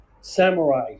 Samurai